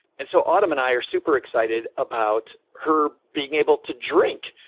and so autumn and i are super excited about her being able to drink.